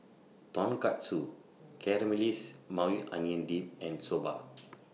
Tonkatsu Caramelized Maui Onion Dip and Soba